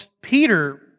Peter